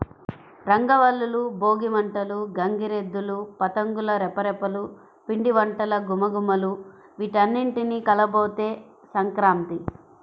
రంగవల్లులు, భోగి మంటలు, గంగిరెద్దులు, పతంగుల రెపరెపలు, పిండివంటల ఘుమఘుమలు వీటన్నింటి కలబోతే సంక్రాంతి